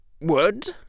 would